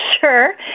sure